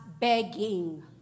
begging